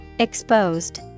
Exposed